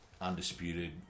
Undisputed